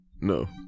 no